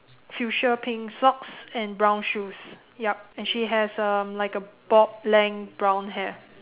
fuchsia pink socks and brown shoes yup and she has um like a bob length brown hair